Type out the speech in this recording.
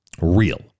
real